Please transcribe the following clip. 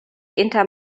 inter